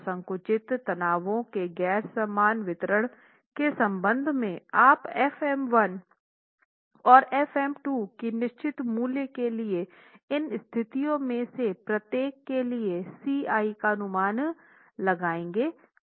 तो संकुचित तनावों के गैर समान वितरण के संबंध में आप F m1 और f m2 की निश्चित मूल्य के लिए इन स्थितियों में से प्रत्येक के लिए Ci का अनुमान लगाएंगे